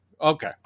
Okay